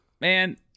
man